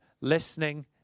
listening